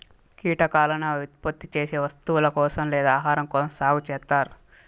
కీటకాలను అవి ఉత్పత్తి చేసే వస్తువుల కోసం లేదా ఆహారం కోసం సాగు చేత్తారు